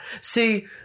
See